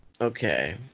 Okay